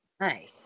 hi